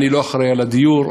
אני לא אחראי לדיור,